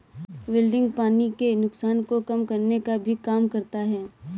wilting पानी के नुकसान को कम करने का भी काम करता है